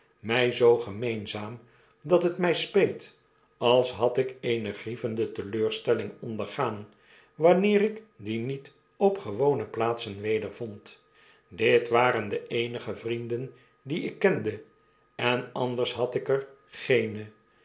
mij zoo gemeenzaam dat het my speet als had ik eene grievende teleurstelling ondergaan wanneer ik die niet op gewone plaatsen wedervond dit waren de eenige vrienden die ik kende en anders had ik er geene